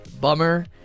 Bummer